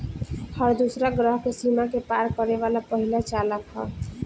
हर दूसरा ग्रह के सीमा के पार करे वाला पहिला चालक ह